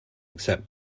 except